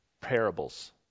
parables